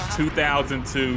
2002